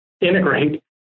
integrate